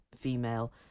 female